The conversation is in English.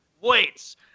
weights